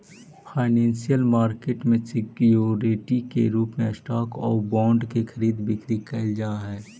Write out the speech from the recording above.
financial market में security के रूप में स्टॉक आउ बॉन्ड के खरीद बिक्री कैल जा हइ